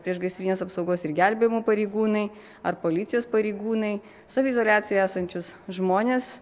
priešgaisrinės apsaugos ir gelbėjimo pareigūnai ar policijos pareigūnai saviizoliacijoje esančius žmones